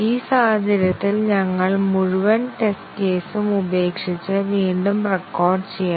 ഈ സാഹചര്യത്തിൽ ഞങ്ങൾ മുഴുവൻ ടെസ്റ്റ് കേസും ഉപേക്ഷിച്ച് വീണ്ടും റെക്കോർഡ് ചെയ്യണം